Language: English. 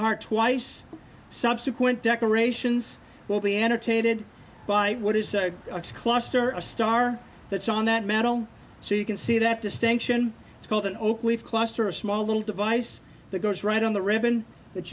heart twice subsequent decorations will be annotated by what is a cluster or a star that's on that metal so you can see that distinction it's called an oak leaf cluster a small little device that goes right on the ribbon that